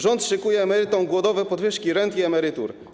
Rząd szykuje emerytom głodowe podwyżki rent i emerytur.